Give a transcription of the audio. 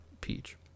peach